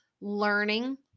learning